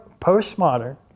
postmodern